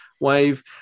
wave